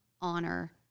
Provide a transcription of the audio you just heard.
honor